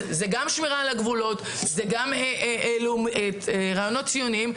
אז זה גם שמירה על הגבולות וזה גם רעיונות ציוניים.